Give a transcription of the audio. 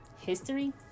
history